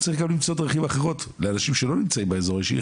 וצריך למצוא גם דרכים אחרות לאנשים שלא נמצאים באזור האישי,